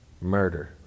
murder